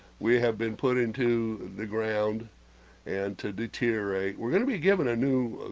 we have been put into the ground and to deteriorate we're, gonna be given a new,